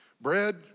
bread